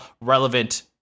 relevant